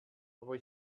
aber